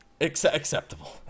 Acceptable